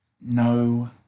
No